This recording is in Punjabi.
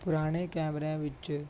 ਪੁਰਾਣੇ ਕੈਮਰਿਆਂ ਵਿੱਚ